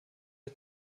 der